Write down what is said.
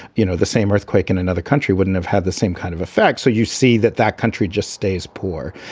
you know, the same earthquake in another country wouldn't have had the same kind of effect. so you see that that country just stays poor,